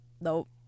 nope